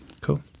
Cool